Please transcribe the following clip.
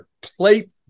plate